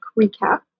recap